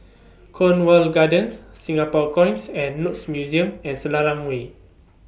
Cornwall Gardens Singapore Coins and Notes Museum and Selarang Way